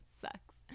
sucks